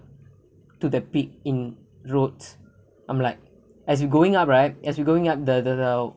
to the peak in road I'm like as you going up right as you going up the the the